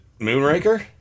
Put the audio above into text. Moonraker